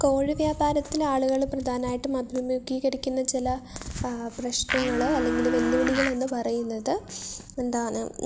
കോഴി വ്യാപാരത്തിൽ ആളുകള് പ്രധാനമായിട്ടും അഭിമുഖീകരിക്കുന്ന ചില ആ പ്രശ്നങ്ങള് അല്ലെങ്കില് വെല്ലുവിളികള് എന്നുപറയുന്നത് എന്താണ്